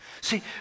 See